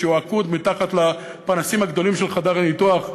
כשהוא עקוד מתחת לפנסים הגדולים של חדר הניתוח,